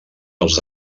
els